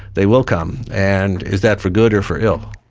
they will come. and is that for good or for ill?